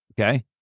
Okay